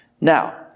now